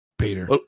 Peter